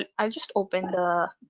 and i'll just open the